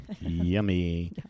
Yummy